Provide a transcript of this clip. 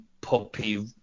poppy